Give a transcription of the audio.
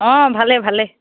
অঁ ভালে ভালে